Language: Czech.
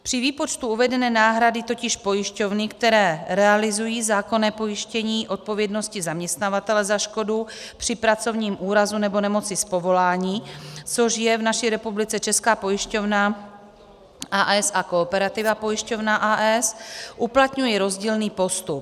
Při výpočtu uvedené náhrady totiž pojišťovny, které realizují zákonné pojištění odpovědnosti zaměstnavatele za škodu při pracovním úrazu nebo nemoci z povolání, což je v naší republice je Česká pojišťovna, a. s., a Kooperativa pojišťovna, a. s., uplatňují rozdílný postup.